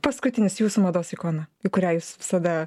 paskutinis jūsų mados ikona kurią jūs visada